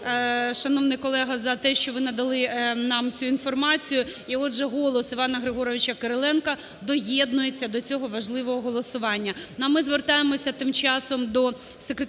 вам, шановний колега, за те, що ви надали нам цю інформацію. І, отже, голос Івана Григоровича Кириленка доєднується до цього важливого голосування.